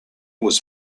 was